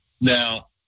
Now